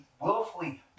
willfully